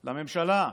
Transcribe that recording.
לממשלה,